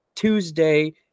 Tuesday